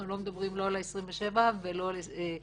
אנחנו לא מדברים לא על 27 ולא על 35,